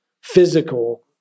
physical